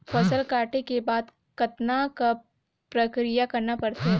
फसल काटे के बाद कतना क प्रक्रिया करना पड़थे?